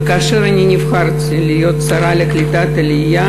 וכאשר אני נבחרתי להיות השרה לקליטת עלייה